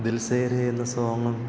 ദിൽസേ രേ എന്ന സോങ്ങും